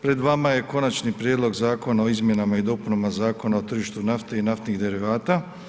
Pred vama je Konačni prijedlog zakona o izmjenama i dopunama Zakona o tržištu nafte i naftnih derivata.